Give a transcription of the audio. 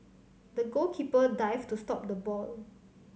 the goalkeeper dived to stop the ball